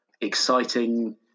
exciting